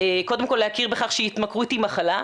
קודם כל להכיר בכך שהתמכרות היא מחלה,